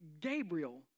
Gabriel